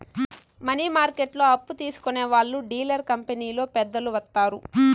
money మార్కెట్లో అప్పు తీసుకునే వాళ్లు డీలర్ కంపెనీలో పెద్దలు వత్తారు